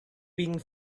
being